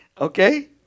Okay